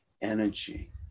energy